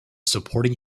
supporting